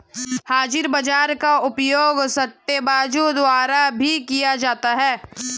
हाजिर बाजार का उपयोग सट्टेबाजों द्वारा भी किया जाता है